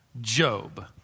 Job